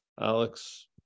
Alex